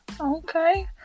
okay